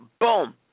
Boom